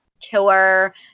killer